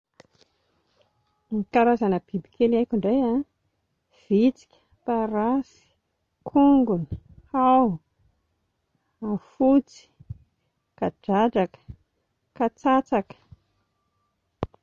Ny karazana bibikely haiko ndray a: vitsika, parasy, kongona, hao, afotsy, kadradraka, katsatsaka.